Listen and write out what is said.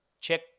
check